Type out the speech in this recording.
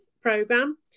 program